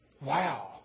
Wow